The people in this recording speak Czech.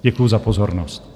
Děkuju za pozornost.